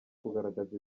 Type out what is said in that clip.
kugaragaza